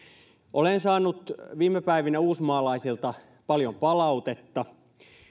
olen saanut viime päivinä uusmaalaisilta paljon palautetta